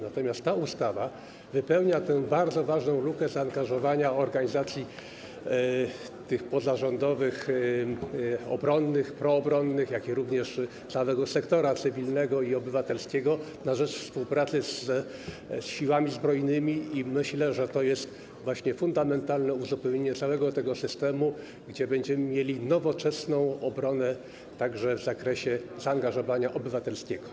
Natomiast ta ustawa wypełnia bardzo ważną lukę, jeżeli chodzi o zaangażowanie organizacji pozarządowych, obronnych, proobronnych, jak również całego sektora cywilnego i obywatelskiego na rzecz współpracy z Siłami Zbrojnymi i myślę, że to jest właśnie fundamentalne uzupełnienie całego systemu, gdzie będziemy mieli nowoczesną obronę także w zakresie zaangażowania obywatelskiego.